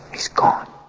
he's gone